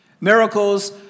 Miracles